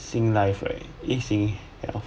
singlife right A_C ya